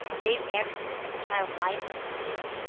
dave anderson at the child mind institute,